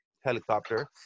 helicopter